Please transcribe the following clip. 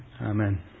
Amen